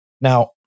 Now